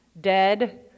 dead